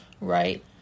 right